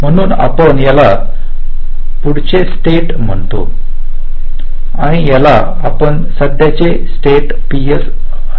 म्हणून आपण याला पुढचे स्टेट म्हणतो आणि त्याला आपण सध्याचे स्टेट PS असे म्हणतो